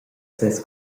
ses